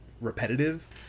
repetitive